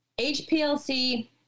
hplc